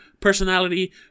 personality